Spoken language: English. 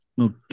Okay